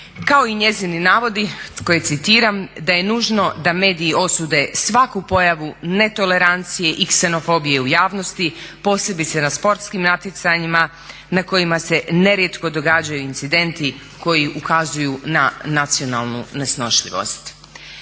kao i njezini navodi koje citiram da je nužno da mediji osude svaku pojavu netolerancije i ksenofobije u javnosti posebice na sportskim natjecanjima na kojima se nerijetko događaju incidenti koji ukazuju na nacionalnu nesnošljivost.